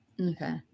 Okay